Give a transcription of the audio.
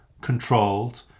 controlled